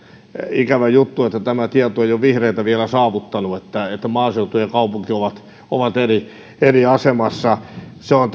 ikävä juttu että tämä tieto ei ole vihreitä vielä saavuttanut että että maaseutu ja kaupunki ovat ovat eri eri asemassa se on